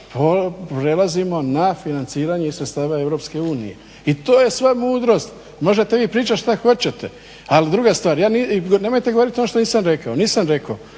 prelazimo na financiranje iz sredstava EU i to je sva mudrost. Možete vi pričati šta hoćete. Al druga stvar, nemojte govoriti ono što nisam rekao,